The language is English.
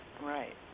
Right